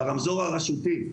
ברמזור הרשותי: